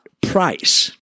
price